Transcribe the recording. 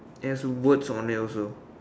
has words on it also